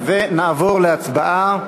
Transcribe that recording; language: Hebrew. נעבור להצבעה.